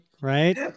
right